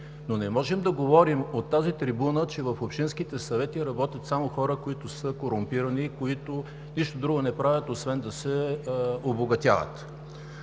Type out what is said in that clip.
но не можем да говорим от тази трибуна, че в общинските съвети работят само хора, които са корумпирани и които нищо друго не правят, освен да се обогатяват.